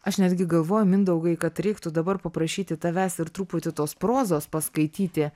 aš netgi galvoju mindaugai kad reiktų dabar paprašyti tavęs ir truputį tos prozos paskaityti